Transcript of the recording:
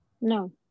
No